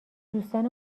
دوستان